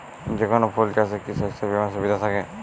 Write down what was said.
যেকোন ফুল চাষে কি শস্য বিমার সুবিধা থাকে?